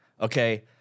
okay